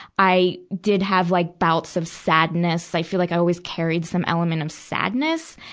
i did have, like, bouts of sadness. i feel like i always carried some element of sadness.